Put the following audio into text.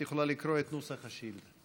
את יכולה לקרוא את נוסח השאילתה.